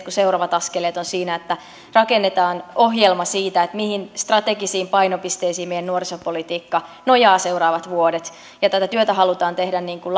kun seuraavat askeleet ovat siinä että rakennetaan ohjelma siitä mihin strategisiin painopisteisiin meidän nuorisopolitiikka nojaa seuraavat vuodet tätä työtä halutaan tehdä niin kuin